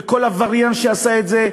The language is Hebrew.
וכל עבריין שעשה את זה,